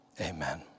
amen